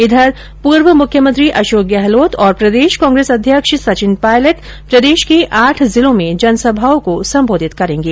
इधर पूर्व मुख्यमंत्री अशोक गहलोत और प्रदेश कांग्रेस अध्यक्ष सचिन पायलट प्रदेश के आठ जिलों में जनसभाओं को संबोधित करेंगे